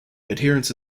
adherence